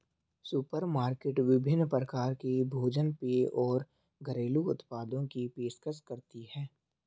supermarket विभिन्न प्रकार के भोजन पेय और घरेलू उत्पादों की पेशकश करती है